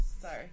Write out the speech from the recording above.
sorry